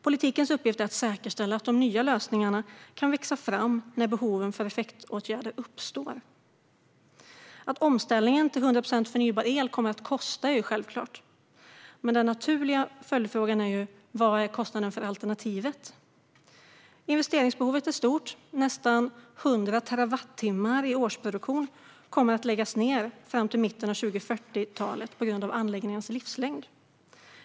Politikens uppgift är att säkerställa att de nya lösningarna kan växa fram när behoven av effektåtgärder uppstår. Att omställningen till 100 procent förnybar el kommer att kosta är självklart. Men den naturliga följdfrågan är vad kostnaden för alternativet är. Investeringsbehovet är stort då nästan 100 terawattimmar i årsproduktion kommer att läggas ned fram till mitten av 2040-talet på grund av anläggningarnas livslängd.